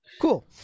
Cool